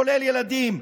כולל ילדים.